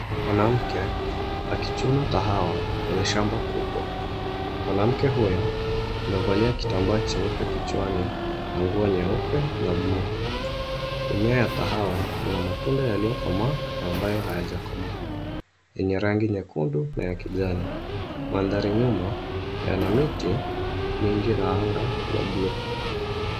Mwanamke akichuna kahawa kwenye shamba kubwa. Mwanamke huyo amevalia kitambaa cheupe kichwani na nguo nyeupe la bluu. Mimea ya kahawa ina matunda yaliyokomaa na ambayo hayajakomaa, yenye rangi nyekundu na ya kijani. Mandhari nyuma yana miti mingi na anga ya bluu.